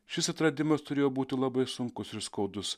šis atradimas turėjo būti labai sunkus ir skaudus